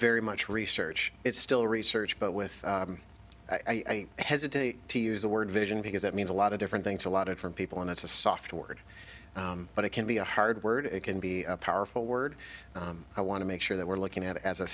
very much research it's still research but with i hesitate to use the word vision because it means a lot of different things a lot of different people and it's a soft word but it can be a hard word it can be a powerful word i want to make sure that we're looking at it as a